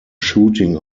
shooting